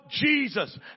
Jesus